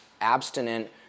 abstinent